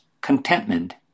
contentment